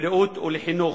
לבריאות ולחינוך.